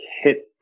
hit